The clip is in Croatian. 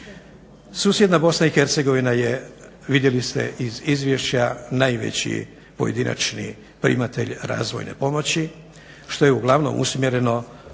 Susjedna BiH je vidjeli ste iz izvješća najveći pojedinačni primatelj razvojne pomoći što je uglavnom usmjereno